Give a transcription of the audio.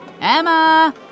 Emma